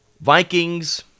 Vikings